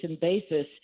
basis